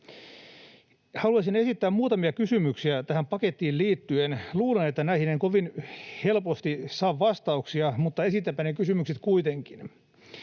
Haluaisin esittää muutamia kysymyksiä tähän pakettiin liittyen. Luulen, että näihin en kovin helposti saa vastauksia, mutta esitänpä ne kysymykset kuitenkin: